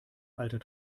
alter